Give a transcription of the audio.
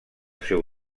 seu